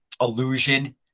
illusion